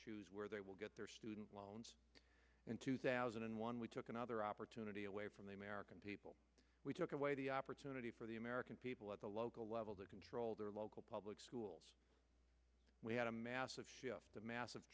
choose where they will get their student loans in two thousand and one we took another opportunity away from the american people we took away the opportunity for the american people at the local level to control their local public schools we had a massive